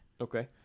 Okay